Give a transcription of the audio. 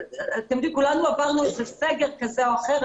כולנו עברנו סגר כזה או אחר,